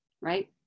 right